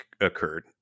occurred